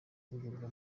guhugurwa